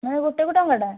ମାନେ ଗୋଟେକୁ ଟଙ୍କାଟା